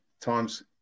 Times